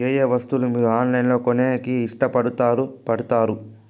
ఏయే వస్తువులను మీరు ఆన్లైన్ లో కొనేకి ఇష్టపడుతారు పడుతారు?